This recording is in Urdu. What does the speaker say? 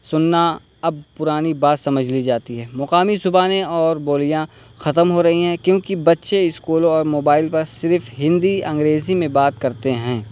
سننا اب پرانی بات سمجھ لی جاتی ہے مقامی زبانیں اور بولیاں ختم ہو رہی ہیں کیوںکہ بچے اسکولوں اور موبائل پر صرف ہندی انگریزی میں بات کرتے ہیں